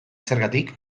zergatik